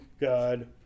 god